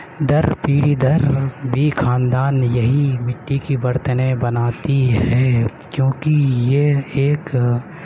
در پیڑھی در بھی خاندان یہی مٹی کی برتنیں بناتی ہے کیونکہ یہ ایک